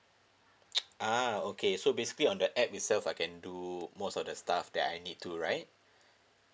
ah okay so basically on the app itself I can do most of the stuff that I need to right